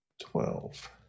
twelve